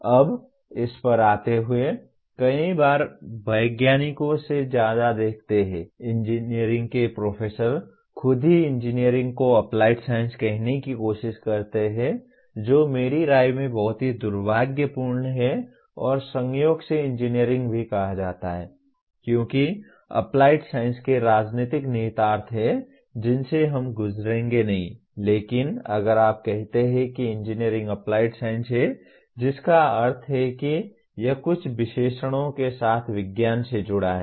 अब इस पर आते हुए कई बार आप वैज्ञानिकों से ज्यादा देखते हैं इंजीनियरिंग के प्रोफेसर खुद ही इंजीनियरिंग को एप्लाइड साइंस कहने की कोशिश करते हैं जो मेरी राय में बहुत ही दुर्भाग्यपूर्ण है और संयोग से इंजीनियरिंग भी कहा जाता है क्योंकि एप्लाइड साइंस के राजनीतिक निहितार्थ हैं जिनसे हम गुजरेंगे नहीं लेकिन अगर आप कहते हैं कि इंजीनियरिंग एप्लाइड साइंस है जिसका अर्थ है कि यह कुछ विशेषणों के साथ विज्ञान से जुड़ा है